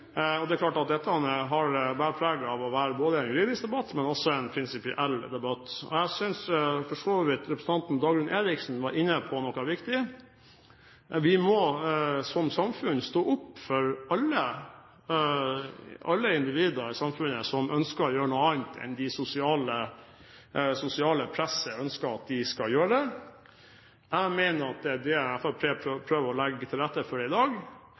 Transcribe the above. debatten. Det er klart at dette bærer preg av å være både en juridisk debatt og en prinsipiell debatt. Jeg synes for så vidt representanten Dagrun Eriksen var inne på noe viktig. Vi må som samfunn stå opp for alle individer i samfunnet som ønsker å gjøre noe annet enn det det sosiale presset ønsker de skal gjøre. Jeg mener at det er det Fremskrittspartiet prøver å legge til rette for i dag.